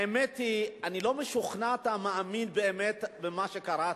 האמת היא שאני לא משוכנע שאתה מאמין באמת במה שקראת.